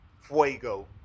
Fuego